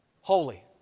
holy